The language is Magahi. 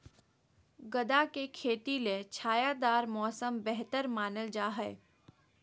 गदा के खेती ले छायादार मौसम बेहतर मानल जा हय